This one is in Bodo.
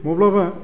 माब्लाबा